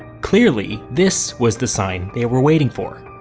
clearly, this was the sign they were waiting for.